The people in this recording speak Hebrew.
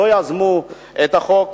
לא יזמו את החוק,